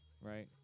Right